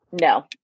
No